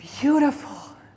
beautiful